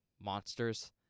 monsters